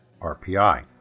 RPI